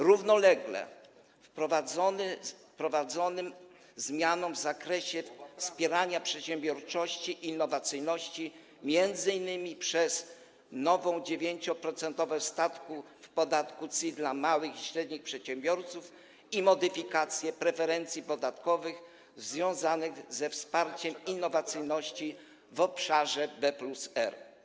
Równolegle wprowadzamy zmiany w zakresie wspierania przedsiębiorczości i innowacyjności m.in. przez nową 9-procentową stawkę w podatki CIT dla małych i średnich przedsiębiorców i modyfikację preferencji podatkowych związanych ze wsparciem innowacyjności w obszarze B+R.